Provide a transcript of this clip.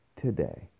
today